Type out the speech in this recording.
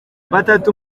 batatu